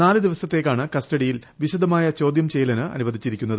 നാല് ദിവസത്തേയ്ക്കാണ് കസ്റ്റഡിയിൽ വിശദമായ ചോദ്യം ചെയ്യലിന് അനുവദിച്ചിരിക്കുന്നത്